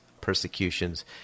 persecutions